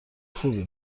خوبی